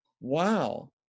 wow